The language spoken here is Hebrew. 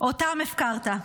אותם הפקרת.